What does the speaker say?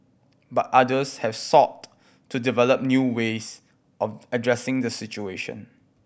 but others have sought to develop new ways of addressing the situation